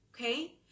okay